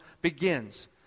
begins